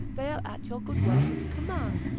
they are at your good worship's command.